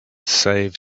saved